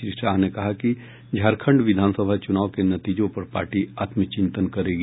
श्री शाह ने कहा कि झारखंड विधानसभा चुनाव के नतीजों पर पार्टी आत्मचिंतन करेगी